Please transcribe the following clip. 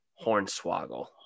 Hornswoggle